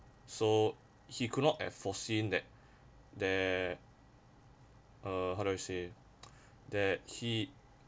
so he could not have foreseen that they're uh how do I say that he